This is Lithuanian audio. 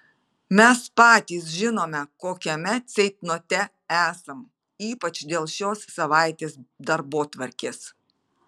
mes patys žinome kokiame ceitnote esam ypač dėl šios savaitės darbotvarkės